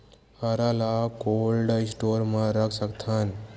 हरा ल cold store म रख सकथन?